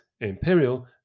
Imperial